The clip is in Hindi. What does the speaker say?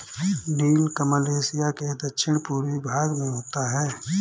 नीलकमल एशिया के दक्षिण पूर्वी भाग में होता है